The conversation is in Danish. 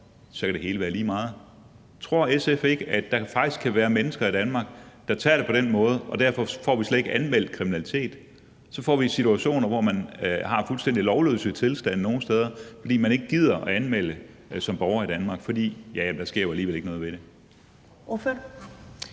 så kan det hele være lige meget. Tror SF ikke, at der faktisk kan være mennesker i Danmark, der tager det på den måde, og derfor får vi slet ikke anmeldt kriminaliteten? Så får vi situationer, hvor man har fuldstændig lovløse tilstande nogle steder, fordi man ikke gider at anmelde det som borger i Danmark, for der sker alligevel ikke noget ved det.